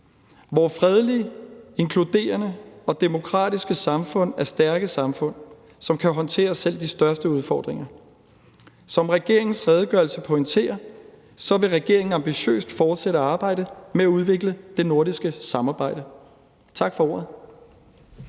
Vore fredelige, inkluderende og demokratiske samfund er stærke samfund, som kan håndtere selv de største udfordringer. Som regeringens redegørelse pointerer, vil regeringen ambitiøst fortsætte arbejdet med at udvikle det nordiske samarbejde. Tak for ordet.